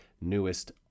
newest